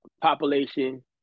population